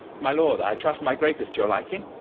my lord, i trust my grape is to your liking?